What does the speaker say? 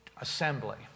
assembly